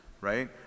right